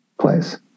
place